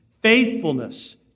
faithfulness